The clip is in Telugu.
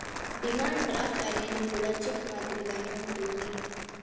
డిమాండ్ డ్రాఫ్ట్ అనేది కూడా చెక్ మాదిరిగానే ఉంటది